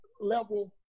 level